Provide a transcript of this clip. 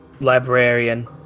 librarian